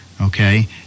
Okay